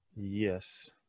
Yes